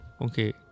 Okay